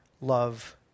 love